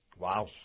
Wow